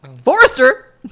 Forrester